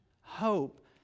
hope